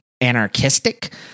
anarchistic